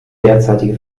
derzeitige